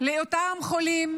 לאותם חולים